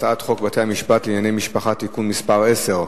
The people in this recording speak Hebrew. הצעת חוק בית-המשפט לענייני משפחה (תיקון מס' 10),